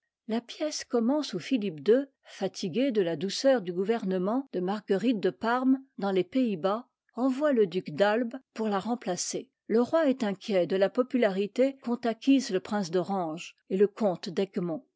la pièce commence au moment où philippe ii fatigué de la douceur du gouvernement de marguerite de parme dans les pays-bas envoie le duc d'albe pour la remplacer le roi est inquiet de la popularité qu'ont acquise le prince d'orange et le comte